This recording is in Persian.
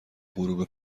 غروب